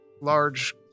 large